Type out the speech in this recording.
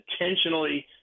intentionally